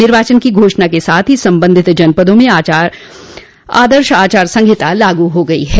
निर्वाचन की घोषणा के साथ ही संबंधित जनपदों में आदर्श आचार संहिता लागू हो गई है